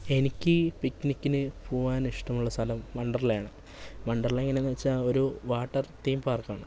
എനിക്ക് പിക്നിക്കിനു പോവാൻ ഇഷ്ടമുള്ള സ്ഥലം വണ്ടർലാ ആണ് വണ്ടർല എങ്ങനെയെന്നു വച്ചാൽ ഒരു വാട്ടർ തീം പാർക്കാണ്